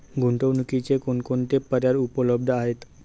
गुंतवणुकीचे कोणकोणते पर्याय उपलब्ध आहेत?